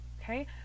okay